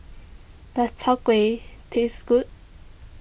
does Chai Kueh taste good